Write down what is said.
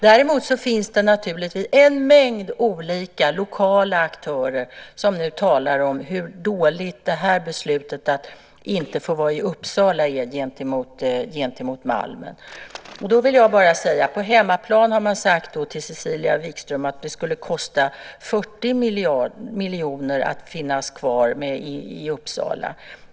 Däremot finns det naturligtvis en mängd olika lokala aktörer som nu talar om hur dåligt det här beslutet, att inte få vara i Uppsala, är gentemot Malmen. På hemmaplan har man sagt till Cecilia Wikström att det skulle kosta 40 miljoner att finnas kvar i Uppsala.